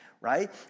right